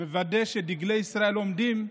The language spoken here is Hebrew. ומוודא שדגלי ישראל עומדים,